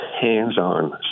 hands-on